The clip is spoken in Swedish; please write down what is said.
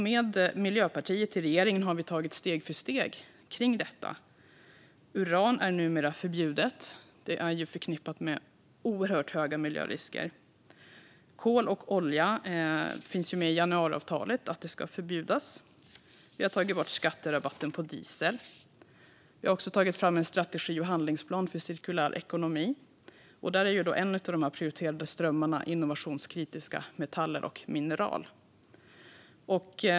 Med Miljöpartiet i regeringen har vi tagit steg för steg kring detta. Uran är numera förbjudet. Det är förknippat med oerhört stora miljörisker. När det gäller kol och olja står det i januariavtalet att de ska förbjudas. Vi har tagit bort skatterabatten på diesel. Vi har också tagit fram en strategi och handlingsplan för cirkulär ekonomi. Där är en av de prioriterade strömmarna innovationskritiska metaller och mineral.